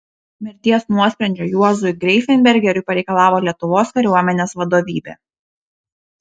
mirties nuosprendžio juozui greifenbergeriui pareikalavo lietuvos kariuomenės vadovybė